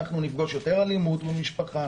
נפגוש יותר אלימות במשפחה,